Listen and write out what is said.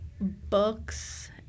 books